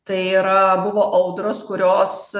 tai yra buvo audros kurios